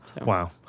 Wow